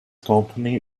company